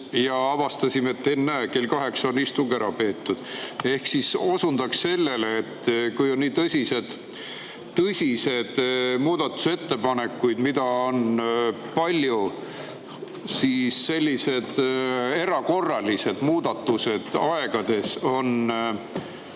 ja avastasime, et ennäe, kell kaheksa on istung ära peetud. Ma osundaksin sellele, et kui on tõsised muudatusettepanekud, mida on palju, siis sellised erakorralised muudatused aegades